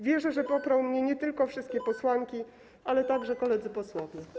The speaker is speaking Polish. Wierzę, że poprą mnie nie tylko wszystkie posłanki, ale także koledzy posłowie.